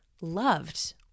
loved